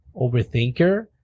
overthinker